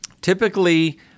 typically